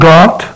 God